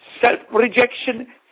self-rejection